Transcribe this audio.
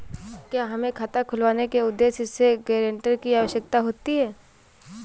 क्या हमें खाता खुलवाने के उद्देश्य से गैरेंटर की आवश्यकता होती है?